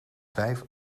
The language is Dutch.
vijf